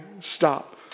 stop